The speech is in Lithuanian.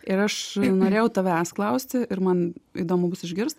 ir aš norėjau tavęs klausti ir man įdomu bus išgirst